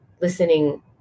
listening